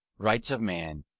rights of man,